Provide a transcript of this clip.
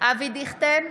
אבי דיכטר,